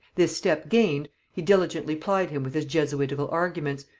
this step gained, he diligently plied him with his jesuitical arguments,